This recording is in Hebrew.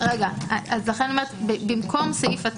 איך אנחנו מוודאים שזה באותו מחוז?